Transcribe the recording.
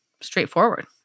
straightforward